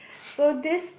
so this